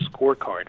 scorecard